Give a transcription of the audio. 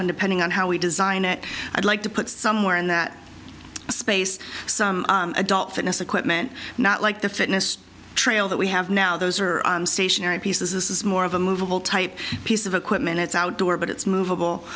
and depending on how we design it i'd like to put somewhere in that space some adult fitness equipment not like the fitness trail that we have now those are stationary pieces this is more of a movable type piece of equipment it's outdoor but it's movable